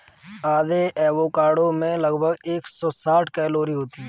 आधे एवोकाडो में लगभग एक सौ साठ कैलोरी होती है